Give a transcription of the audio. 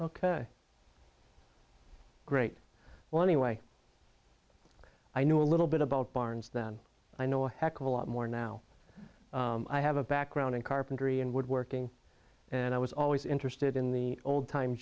ok great well anyway i knew a little bit about barnes then i know a heck of a lot more now i have a background in carpentry and woodworking and i was always interested in the old time